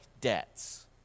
debts